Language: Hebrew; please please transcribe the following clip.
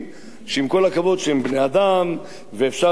שהם בני-אדם ואפשר להסביר אלף הסברים,